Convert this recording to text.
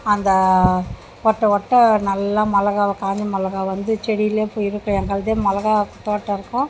அந்த ஒட்ட ஒட்ட நல்லா மிளகாவ காஞ்ச மிளகா வந்து செடியிலே போய் இருக்குது எங்களது மிளகா தோட்டம் இருக்கும்